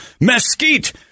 mesquite